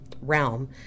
realm